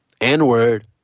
N-word